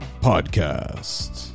Podcast